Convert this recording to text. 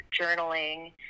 journaling